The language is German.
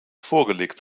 vorgelegt